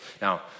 Now